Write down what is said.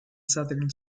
south